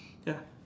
ya